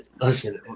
listen